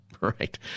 right